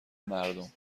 مردم